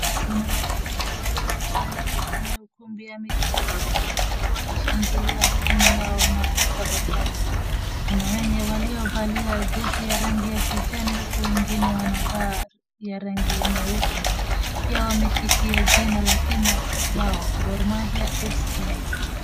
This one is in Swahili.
Kuna mashambiki waliokusanyika kwenye ukumbi wa michezo, huku wakishangilia timu yao na kutabasamu. Kuna wenye waliovalia jezi ya rangi ya kijani huku wengine wanavaa ya rangi mweupe. Pia wameshikia jina la timu yao Gor Mahia FC.